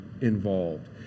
involved